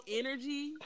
energy